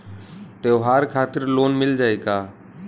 त्योहार खातिर लोन मिल जाई का?